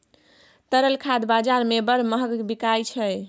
तरल खाद बजार मे बड़ महग बिकाय छै